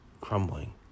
crumbling